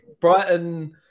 Brighton